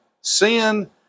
Sin